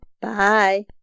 Bye